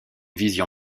vision